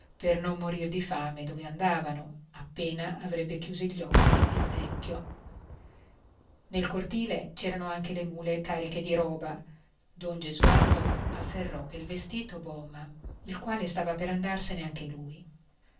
per non morir di fame dove andavano appena avrebbe chiusi gli occhi il vecchio nel cortile c'erano anche le mule cariche di roba don gesualdo afferrò pel vestito bomma il quale stava per andarsene anche lui